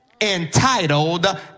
entitled